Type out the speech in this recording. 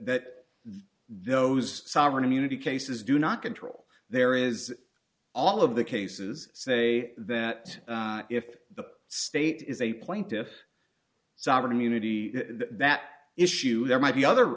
that those sovereign immunity cases do not control there is all of the cases say that if the state is a plaintiff's sovereign immunity that issue there might be other